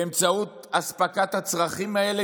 באמצעות אספקת הצרכים האלה,